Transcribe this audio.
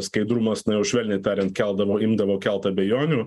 skaidrumas nu jau švelniai tariant keldavo imdavo kelt abejonių